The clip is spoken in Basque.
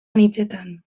anitzetan